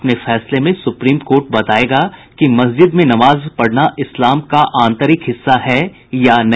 अपने फैसले में सुप्रीम कोर्ट बतायेगा कि मस्जिद में नमाज़ पढ़ना इस्लाम का आंतरिक हिस्सा है या नहीं